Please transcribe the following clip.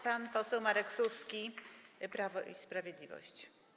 Pan poseł Marek Suski, Prawo i Sprawiedliwość.